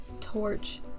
torch